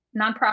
nonprofit